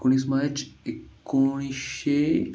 एकोणीस मार्च एकोणीशे